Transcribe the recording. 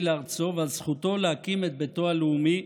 לארצו ועל זכותו להקים את ביתו הלאומי,